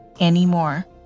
anymore